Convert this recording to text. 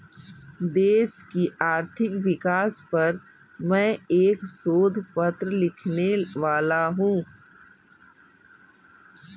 देश की आर्थिक विकास पर मैं एक शोध पत्र लिखने वाला हूँ